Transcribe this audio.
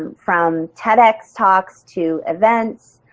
from ted x talks to events.